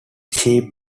sheep